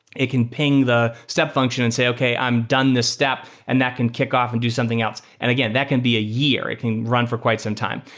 it can ping the step function and say, okay, i'm done in this step, and that can kick-off and do something else. and again, that can be a year. it can run for quite some time.